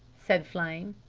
said flame.